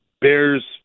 Bears